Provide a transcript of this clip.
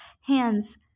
hands